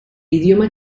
idioma